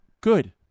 good